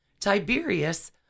Tiberius